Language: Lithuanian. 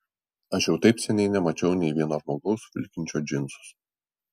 aš jau taip seniai nemačiau nei vieno žmogaus vilkinčio džinsus